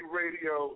radio